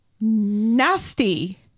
nasty